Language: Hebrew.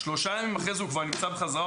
ואם שלושה ימים אחרי זה הקטין הוא כבר נמצא בחזרה,